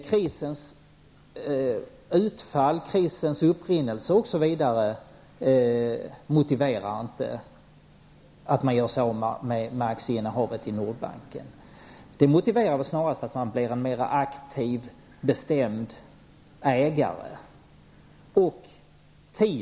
Krisens upprinnelse och utfall motiverar inte att man gör sig av med aktieinnehavet i Nordbanken. Det motiverar snarare att man blir en aktiv och mer bestämd ägare.